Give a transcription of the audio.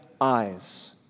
Eyes